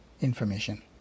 information